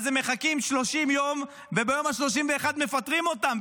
אז הם מחכים 30 יום וביום ה-31 מפטרים אותם,